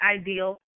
ideal